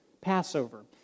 Passover